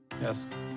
Yes